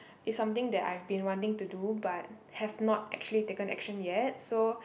it's something I've been wanting to do but have not actually taken action yet so